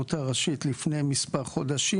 לרבנות הראשית לפני מספר חודשים,